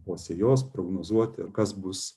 po sėjos prognozuoti kas bus